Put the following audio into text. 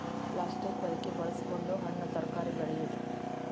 plastic ಹೊದಿಕೆ ಬಳಸಕೊಂಡ ಹಣ್ಣು ತರಕಾರಿ ಬೆಳೆಯುದು